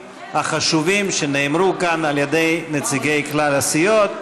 החשובים שנאמרו כאן על ידי נציגי כלל הסיעות,